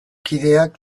kideak